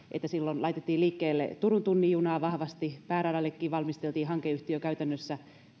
silloin laitettiin liikkeelle turun tunnin junaa vahvasti pääradallekin valmisteltiin hankeyhtiö käytännössä